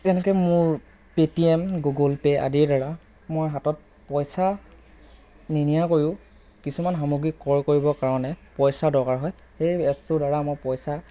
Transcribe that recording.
এনেকৈ মোৰ Paytm Google Pay আদিৰ দ্বাৰা মোৰ হাতত পইচা নিনিয়াকৈও কিছুমান সামগ্ৰী ক্ৰয় কৰিবৰ কাৰণে পইচাৰ দৰকাৰ হয় সেই এপটোৰ দ্বাৰা মই পইচা